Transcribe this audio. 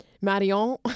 Marion